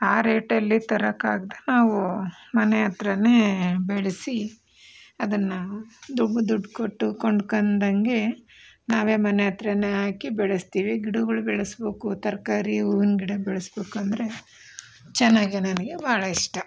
ಆ ರೇಟಲ್ಲಿ ತರೋಕ್ಕಾಗದೇ ನಾವೂ ಮನೆ ಹತ್ರನೇ ಬೆಳೆಸಿ ಅದನ್ನು ದುಗ್ ದುಡ್ಡು ಕೊಟ್ಟು ಕೊಂಡು ಕೊಂಡಂಗೆ ನಾವೇ ಮನೆ ಹತ್ರನೆ ಹಾಕಿ ಬೆಳೆಸ್ತೀವಿ ಗಿಡಗಳು ಬೆಳೆಸಬೇಕು ತರಕಾರಿ ಹೂವಿನ ಗಿಡ ಬೆಳೆಸಬೇಕಂದ್ರೆ ಚೆನ್ನಾಗಿ ನನಗೆ ಬಹಳ ಇಷ್ಟ